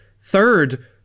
Third